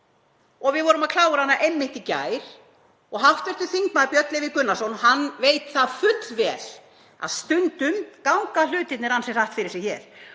og við vorum að klára hana einmitt í gær. Hv. þm. Björn Leví Gunnarsson veit það fullvel að stundum ganga hlutirnir ansi hratt fyrir sig hér.